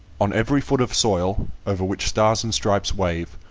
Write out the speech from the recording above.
on every foot of soil, over which stars and stripes wave,